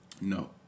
No